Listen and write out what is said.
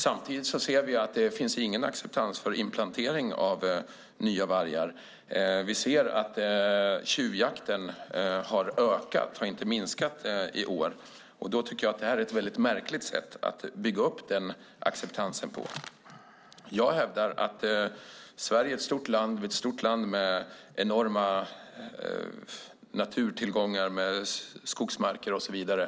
Samtidigt ser vi att det inte finns någon acceptans för inplantering av nya vargar. Vi ser att tjuvjakten har ökat och inte minskat i år. Jag tycker därför att detta är ett väldigt märkligt sätt att bygga upp acceptansen på. Sverige är ett stort land med enorma naturtillgångar i form av skogsmarker och så vidare.